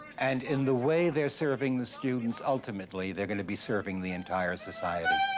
and in the way they're serving the students, ultimately they're going to be serving the entire society.